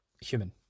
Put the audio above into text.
human